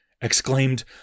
exclaimed